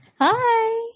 Hi